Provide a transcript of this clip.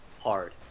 hard